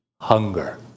Hunger